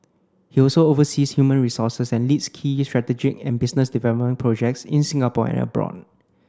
he also oversees human resources and leads key strategic and business development projects in Singapore and abroad